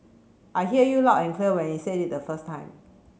I hear you loud and clear when you said it the first time